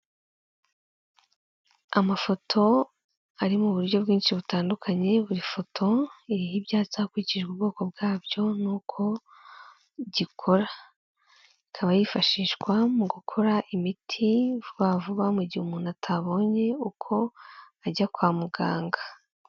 Amafoto ari mu buryo bwinshi butandukanye, buri foto iriho ibyatsi hakurikijwe ubwoko bwabyo n’uko gikora, ikaba yifashishwa mu gukora imiti vuba vuba mu gihe umuntu atabonye uko ajya kwa muganga.